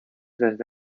desde